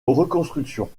reconstruction